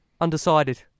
Undecided